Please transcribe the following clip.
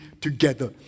together